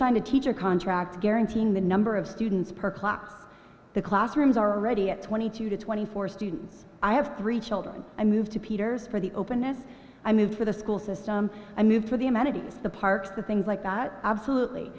signed a teacher contract guaranteeing the number of students per class the classrooms are ready at twenty two to twenty four student i have three children i moved to peter's for the openness i moved for the school system i moved for the amenities the parks the things like that absolutely